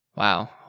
Wow